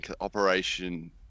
Operation